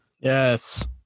Yes